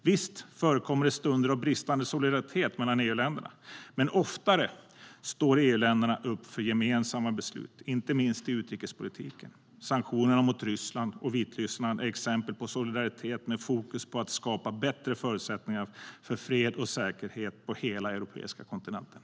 Visst förekommer det stunder av bristande solidaritet mellan EU-länderna, men oftare står EU-länderna upp för gemensamma beslut, inte minst i utrikespolitiken. Sanktionerna mot Ryssland och Vitryssland är exempel på solidaritet med fokus på att skapa bättre förutsättningar för fred och säkerhet på hela den europeiska kontinenten.